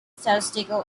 statistical